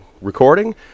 recording